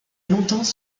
longtemps